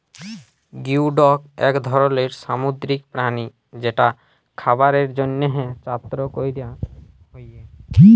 geoduck এক ধরলের সামুদ্রিক প্রাণী যেটা খাবারের জন্হে চাএ ক্যরা হ্যয়ে